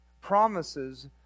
Promises